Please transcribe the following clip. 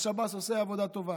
השב"ס עושה עבודה טובה.